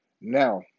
Now